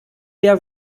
der